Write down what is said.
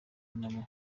nabo